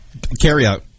carryout